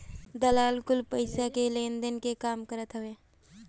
दलाल कुल पईसा के लेनदेन के काम करत हवन